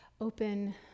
open